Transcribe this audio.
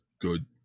good